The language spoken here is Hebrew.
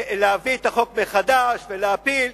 להביא את החוק מחדש ולהפיל.